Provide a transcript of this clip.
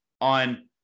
on